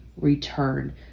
return